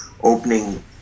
opening